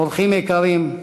אורחים יקרים,